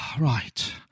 Right